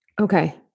Okay